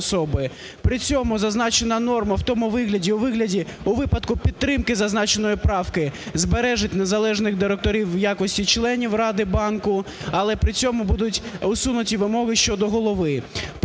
При цьому зазначена норма в тому вигляді, у вигляді, у випадку підтримки зазначеної правки збереже незалежних директорів в якості членів ради банку, але при цьому будуть усунуті вимоги щодо голови.